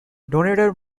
donated